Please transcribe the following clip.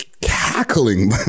cackling